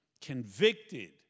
convicted